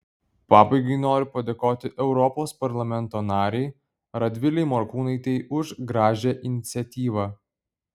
pabaigai noriu padėkoti europos parlamento narei radvilei morkūnaitei už gražią iniciatyvą